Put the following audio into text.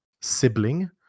sibling